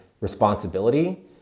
responsibility